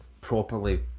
properly